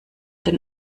den